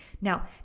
Now